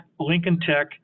lincolntech